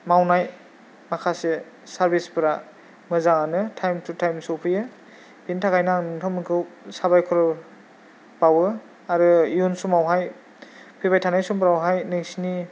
मावनाय माखासे सारभिसफोरा मोजाङानो टाइम थु टाइम सफैयो बिनि थाखायनो आं नोंथांमोनखौ साबायखर बावो आरो इयुन समावहाय फैबाय थानाय समफोरावहाय नोंसिनि